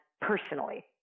personally